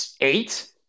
eight